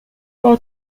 war